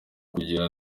kugira